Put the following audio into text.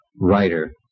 writer